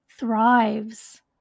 thrives